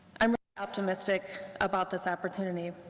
i'm optimistic about this opportunity.